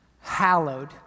hallowed